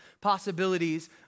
possibilities